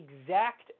exact